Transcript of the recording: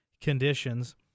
conditions